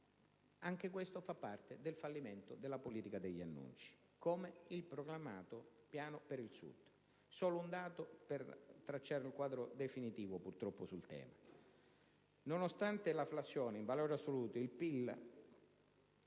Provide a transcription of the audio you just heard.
Anche questo fa parte del fallimento della politica degli annunci, come il proclamato Piano per il Sud. Solo un dato per tracciare un quadro, purtroppo definitivo, sul tema. Nonostante la flessione, in valori assoluti il PIL